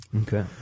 Okay